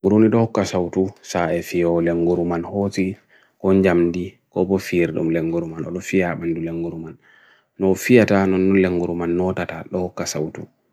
burunidoka sa utu sa effio nyanguruman hozi konjamdi ko bofierdum nyanguruman, lofia banyu nyanguruman, nofia tanon nyanguruman notata looka sa utu.